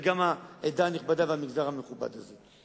וגם העדה הנכבדה והמגזר המכובד הזה.